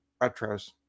retros